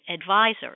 advisors